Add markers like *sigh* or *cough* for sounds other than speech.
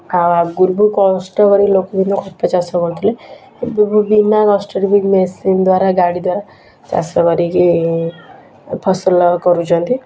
ଆଉ ଆଗରୁ ବି କଷ୍ଟ କରିକି ଲୋକମାନେ *unintelligible* ଚାଷ କରୁଥିଲେ ଏବେ ବି ବିନା କଷ୍ଟରେ ବି ମେସିନ୍ ଦ୍ୱାରା ଗାଡ଼ି ଦ୍ୱାରା ଚାଷ କରିକି ଫସଲ କରୁଛନ୍ତି